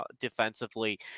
defensively